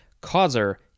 Causer